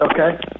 okay